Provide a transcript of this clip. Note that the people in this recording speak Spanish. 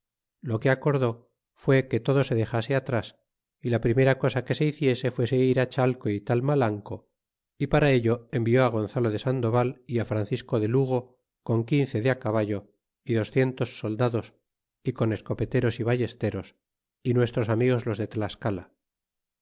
lo que acordó fué que todo se dexase atras y la primera cosa que se hiciese fuese ir á chateo y talmalanco y para ello envió gonzalo de sandoval y á francisco do lugo con quince de á caballo y docientos soldados y con escopeteros y ballesteros y nuestros amigos los de tlascala